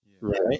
Right